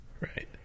Right